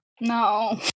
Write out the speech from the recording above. No